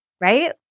Right